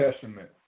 Testament